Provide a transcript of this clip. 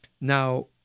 Now